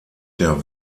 der